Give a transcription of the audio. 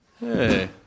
Hey